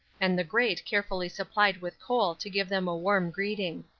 and the grate carefully supplied with coal to give them a warm greeting.